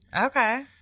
Okay